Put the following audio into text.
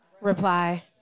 Reply